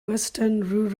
western